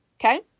okay